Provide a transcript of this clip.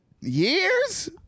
years